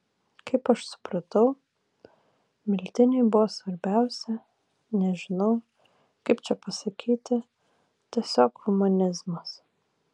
kaip aš supratau miltiniui buvo svarbiausia nežinau kaip čia pasakyti tiesiog humanizmas